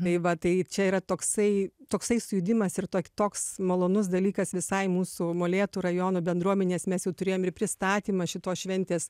tai va tai čia yra toksai toksai sujudimas ir tok toks malonus dalykas visai mūsų molėtų rajono bendruomenės mes jau turėjom ir pristatymą šitos šventės